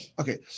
okay